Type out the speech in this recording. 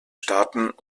staaten